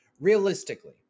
realistically